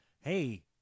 hey